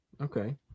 Okay